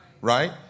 right